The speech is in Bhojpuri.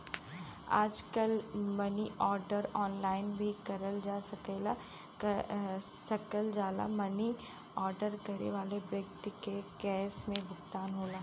आजकल मनी आर्डर ऑनलाइन भी करल जा सकल जाला मनी आर्डर करे वाले व्यक्ति के कैश में भुगतान होला